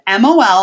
MOL